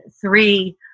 three